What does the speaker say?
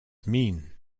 mean